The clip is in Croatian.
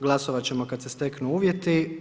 Glasovati ćemo kada se steknu uvjeti.